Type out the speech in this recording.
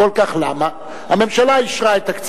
הסתיימה כהונתו של חבר הכנסת כרמל שאמה כסגן יושב-ראש הכנסת,